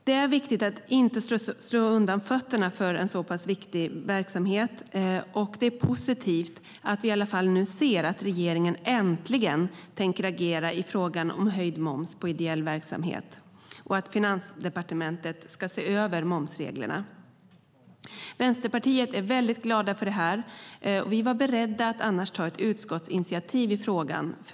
Det är viktigt att inte slå undan fötterna för en så pass viktig verksamhet, och det är positivt att vi nu ser att regeringen äntligen tänker agera i frågan om höjd moms för ideell verksamhet och att Finansdepartementet ska se över momsreglerna. Vi i Vänsterpartiet är väldigt glada för detta. Vi var beredda att annars ta ett utskottsinitiativ i frågan.